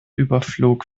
überflog